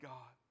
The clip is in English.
God